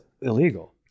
illegal